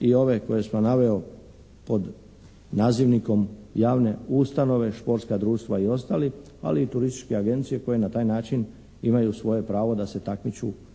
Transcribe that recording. i ove koje sam naveo pod nazivnikom javne ustanove, športska društva i ostali, ali i turističke agencije koje na taj način imaju svoje prave da se takmiče na